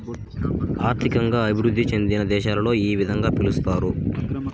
ఆర్థికంగా అభివృద్ధి చెందిన దేశాలలో ఈ విధంగా పిలుస్తారు